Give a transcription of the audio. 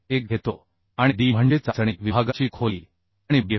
1 घेतो आणि d म्हणजे चाचणी विभागाची खोली आणि Bf